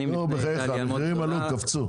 בחייך, המחירים עלו, קפצו.